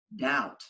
doubt